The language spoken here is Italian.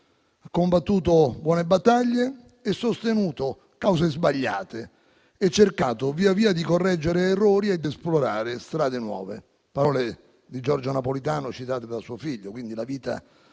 combattuto buone battaglie, sostenuto cause sbagliate e cercato via via di correggere errori e di esplorare strade nuove. Sono parole di Giorgio Napolitano citate da suo figlio, secondo cui la vita